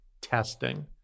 testing